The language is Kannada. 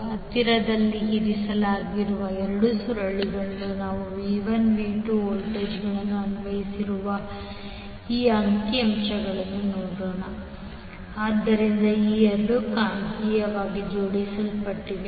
ಹತ್ತಿರದಲ್ಲಿ ಇರಿಸಲಾಗಿರುವ 2 ಸುರುಳಿಗಳಲ್ಲಿ ನಾವು v1 v2 ವೋಲ್ಟೇಜ್ಗಳನ್ನು ಅನ್ವಯಿಸಿರುವ ಈ ಅಂಕಿ ಅಂಶವನ್ನು ನೋಡೋಣ ಆದ್ದರಿಂದ ಈ ಎರಡು ಕಾಂತೀಯವಾಗಿ ಜೋಡಿಸಲ್ಪಟ್ಟಿವೆ